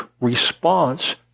response